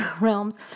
realms